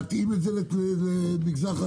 להתאים את זה למגזר החרדי.